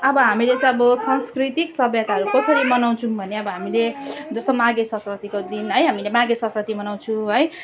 अब हामीले चाहिँ अब सांस्कृतिक सभ्यताहरू कसरी मनाउछौँ भने अब हामीले जस्तो माघे सङ्क्रान्तिको दिन है हामीले माघे सङ्क्रान्ति मनाउँछौँ है